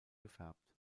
gefärbt